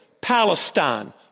Palestine